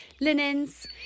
linens